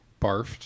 Barfed